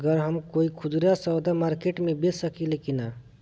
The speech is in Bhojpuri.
गर हम कोई खुदरा सवदा मारकेट मे बेच सखेला कि न?